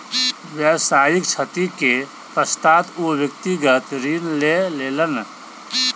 व्यावसायिक क्षति के पश्चात ओ व्यक्तिगत ऋण लय लेलैन